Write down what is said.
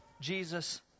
Jesus